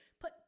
put